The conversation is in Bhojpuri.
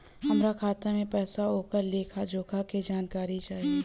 हमार खाता में पैसा ओकर लेखा जोखा के जानकारी चाही?